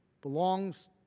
belongs